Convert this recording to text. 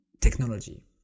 technology